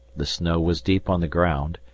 the snow was deep on the ground,